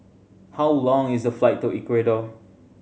how long is the flight to Ecuador